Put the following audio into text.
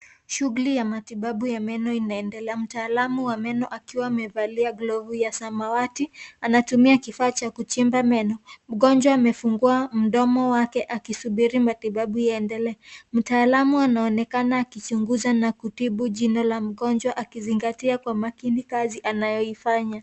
Shughuli ya matibabu ya meno inaendelea. Mtaalamu wa meno akiwa amevalia glovu ya samawati, anatumia kifaa cha kuchimba meno. Mgonjwa amefungua mdomo wake akisubiri matibabu yaendelee. Mtaalamu anaonekana akichunguza na kutibu jino la mgonjwa akizingatia kwa makini kazi anayoifanya.